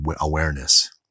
awareness